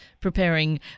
preparing